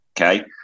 Okay